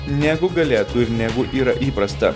negu galėtų ir negu yra įprasta